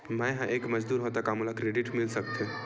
मैं ह एक मजदूर हंव त का मोला क्रेडिट मिल सकथे?